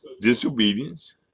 Disobedience